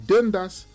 Dundas